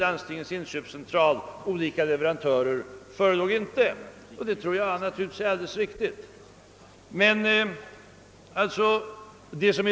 Landstingens inköpscentral och olika leverantörer inte förelåg. Det kanske är riktigt.